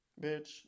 Bitch